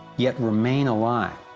yet remain alive.